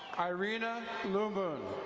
irena louvoon.